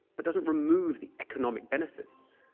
but doesn't remove the economic benefits,